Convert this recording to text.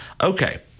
Okay